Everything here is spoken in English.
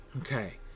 Okay